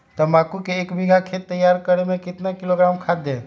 तम्बाकू के एक बीघा खेत तैयार करें मे कितना किलोग्राम खाद दे?